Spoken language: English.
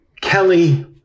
Kelly